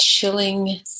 chilling